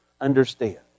understand